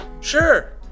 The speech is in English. sure